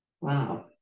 Wow